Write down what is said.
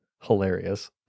hilarious